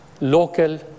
local